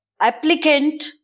applicant